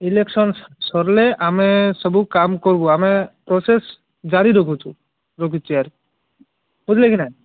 election ସ ସରିଲେ ଆମେ ସବୁ କାମ କରବୁ ଆମେ ପ୍ରୋସେସ୍ ଜାରି ରଖୁଛୁ ବୁଝିଲେ କି ନାଇଁ